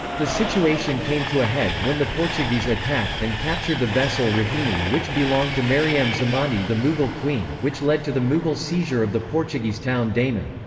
the situation came to a head when the portuguese attacked and captured the vessel rahimi which belonged to mariam zamani the mughal queen, which led to the mughal seizure of the portuguese town daman.